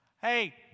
Hey